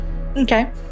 Okay